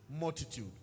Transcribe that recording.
multitude